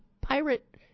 pirate